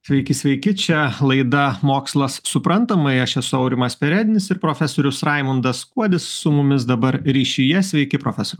sveiki sveiki čia laida mokslas suprantamai aš esu aurimas perednis ir profesorius raimundas kuodis su mumis dabar ryšyje sveiki profesoriau